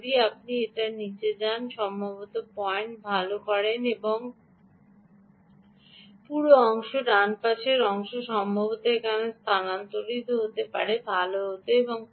আপনি যদি এখানে এটি নীচে পেতে পারে বা সম্ভবত এই পয়েন্ট ভাল এই পুরো অংশ ডান পাশের অংশ সম্ভবত এখানে স্থানান্তরিত হতে পারে ভাল হত